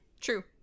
True